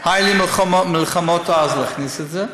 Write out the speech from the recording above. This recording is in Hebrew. היו לי מלחמות אז להכניס את זה,